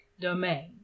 domain